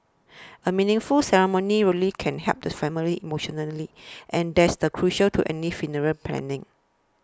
a meaningful ceremony really can help the family emotionally and that is crucial to any funeral planning